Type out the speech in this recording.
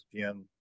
ESPN